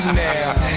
now